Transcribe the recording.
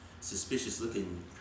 suspicious-looking